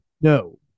No